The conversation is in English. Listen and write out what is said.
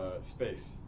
Space